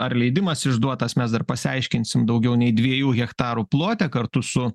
ar leidimas išduotas mes dar pasiaiškinsim daugiau nei dviejų hektarų plote kartu su